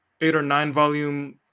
eight-or-nine-volume